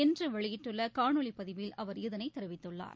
இன்று வெளியிட்டுள்ள காணொலிப் பதிவில் அவர் இதனைத் தெரிவித்துள்ளார்